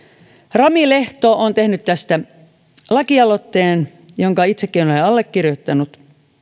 rami lehto on tehnyt tästä lakialoitteen jonka itsekin olen allekirjoittanut